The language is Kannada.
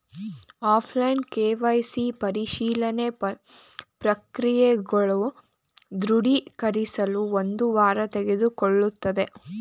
ಆಫ್ಲೈನ್ ಕೆ.ವೈ.ಸಿ ಪರಿಶೀಲನೆ ಪ್ರಕ್ರಿಯೆಗಳು ದೃಢೀಕರಿಸಲು ಒಂದು ವಾರ ತೆಗೆದುಕೊಳ್ಳುತ್ತದೆ